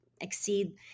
exceed